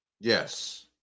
Yes